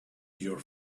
your